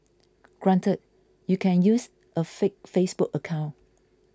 granted you can use a fake Facebook account